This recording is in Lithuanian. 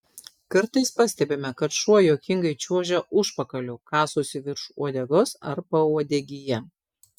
kartais pastebime kad šuo juokingai čiuožia užpakaliu kasosi virš uodegos ar pauodegyje